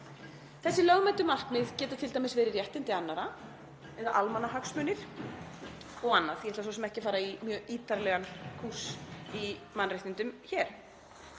Þessi lögmætu markmið geta t.d. verið réttindi annarra eða almannahagsmunir og annað. Ég ætla svo sem ekki að fara í mjög ítarlegan kúrs í mannréttindum hér.